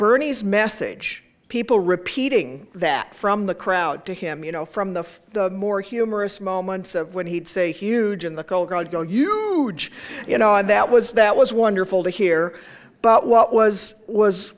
bernie's message people repeating that from the crowd to him you know from the the more humorous moments of when he'd say huge in the go go go you you know and that was that was wonderful to hear but what was was